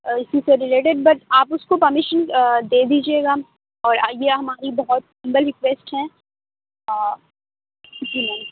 اسی سے related but آپ اس کو پرمیشن دے دیجیے گا اور یہ ہماری بہت ہمبل ریکویسٹ ہے جی نہیں